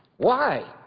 why?